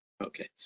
Okay